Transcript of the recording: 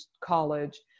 college